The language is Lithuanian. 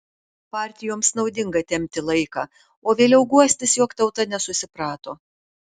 partijoms naudinga tempti laiką o vėliau guostis jog tauta nesusiprato